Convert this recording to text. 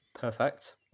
Perfect